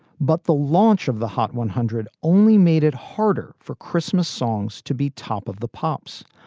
but the launch of the hot one hundred only made it harder for christmas songs to be top of the pops.